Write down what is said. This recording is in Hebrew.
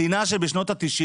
מדינה שבשנות ה-90'